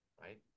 right